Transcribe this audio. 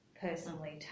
personally